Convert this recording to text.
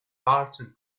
barton